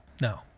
no